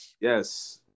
Yes